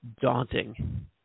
daunting